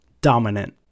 dominant